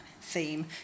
theme